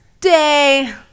day